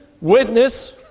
witness